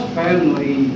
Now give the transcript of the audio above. family